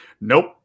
Nope